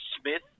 Smith